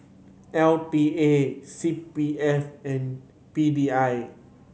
L T A C P F and P D I